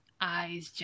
eyes